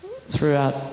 throughout